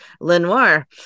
Lenoir